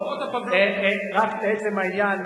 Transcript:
רק לעצם העניין,